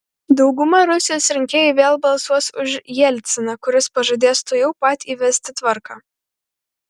dauguma rusijos rinkėjų vėl balsuos už jelciną kuris pažadės tuojau pat įvesti tvarką